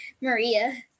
Maria